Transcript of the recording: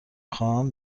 خواهم